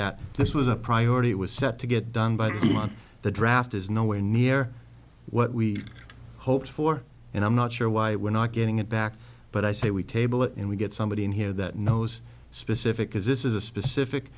that this was a priority it was set to get done by the draft is nowhere near what we hoped for and i'm not sure why we're not getting it back but i say we table it and we get somebody in here that knows specific as this is a specific